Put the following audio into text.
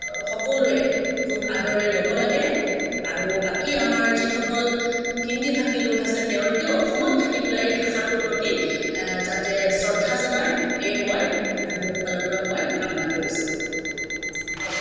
সকলোৱে খুব আদৰৰে ল'ব লাগে আৰু বাকী আমাৰ যিসকল হিন্দীভাষী লোক আছে তেওঁলোকেও অসমত থাকি পেলাই এই ভাষাটোৰ প্ৰতি যাতে শ্ৰদ্ধা জনায় এয়ে মই মোৰ ফালৰপৰা মই কামনা কৰিছোঁ